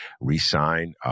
re-sign